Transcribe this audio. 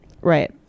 Right